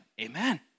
Amen